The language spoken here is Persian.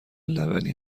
لبنی